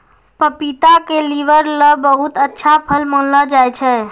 पपीता क लीवर ल बहुत अच्छा फल मानलो जाय छै